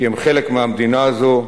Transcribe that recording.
כי הם חלק מהמדינה הזאת,